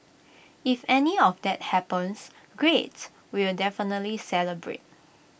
if any of that happens great we will definitely celebrate